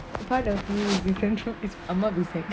part of நீ:nee different of this அம்மா:ammaa be said